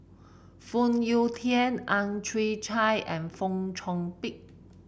Phoon Yew Tien Ang Chwee Chai and Fong Chong Pik